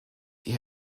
die